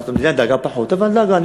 המדינה דאגה פחות, אבל דאגה.